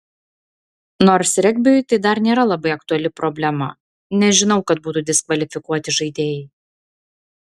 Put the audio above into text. nors regbiui tai dar nėra labai aktuali problema nežinau kad būtų diskvalifikuoti žaidėjai